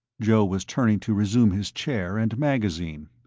joe was turning to resume his chair and magazine.